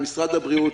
למשרד הבריאות,